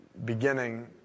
Beginning